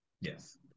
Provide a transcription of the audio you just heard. Yes